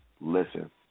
Listen